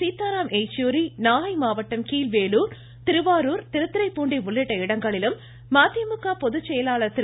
சீத்தாராம் எச்சூரி நாகை மாவட்டம் கீழ்வேளுர் திருவாரூர் திருத்துறைபூண்டி உள்ளிட்ட இடங்களிலும் பொதுச்செயலாளர் திரு